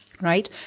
right